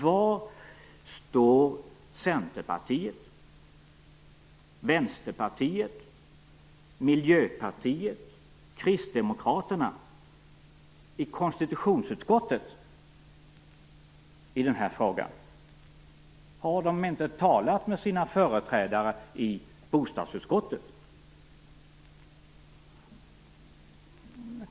Var står Centerpartiet, Vänsterpartiet, Miljöpartiet och Kristdemokraterna i konstitutionsutskottet i denna fråga? Har de inte talat med sina företrädare i bostadsutskottet?